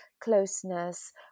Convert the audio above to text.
closeness